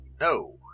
No